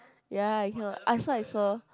ya you cannot I saw I saw